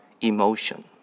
emotion